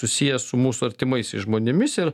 susiję su mūsų artimaisiais žmonėmis ir